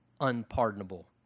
unpardonable